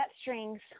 strings